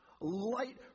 Light